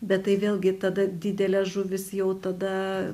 bet tai vėlgi tada didelė žuvis jau tada